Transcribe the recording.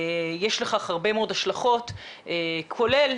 יש לכך הרבה מאוד השלכות וזה כולל,